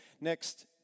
next